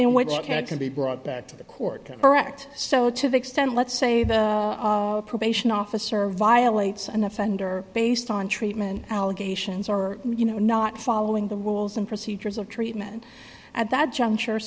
it can be brought back to the court or act so to the extent let's say the probation officer violates an offender based on treatment allegations or you know not following the rules and procedures of treatment at that juncture